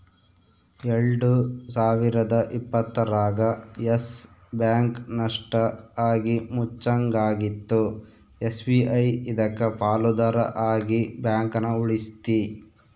ಎಲ್ಡು ಸಾವಿರದ ಇಪ್ಪತ್ತರಾಗ ಯಸ್ ಬ್ಯಾಂಕ್ ನಷ್ಟ ಆಗಿ ಮುಚ್ಚಂಗಾಗಿತ್ತು ಎಸ್.ಬಿ.ಐ ಇದಕ್ಕ ಪಾಲುದಾರ ಆಗಿ ಬ್ಯಾಂಕನ ಉಳಿಸ್ತಿ